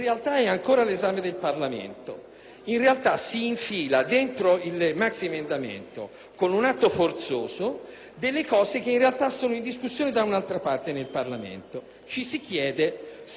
infilano quindi dentro il maxiemendamento, con un atto forzoso, delle norme che sono in discussione nell'altro ramo del Parlamento. Ci si chiede se questo non dipenda da un'allergia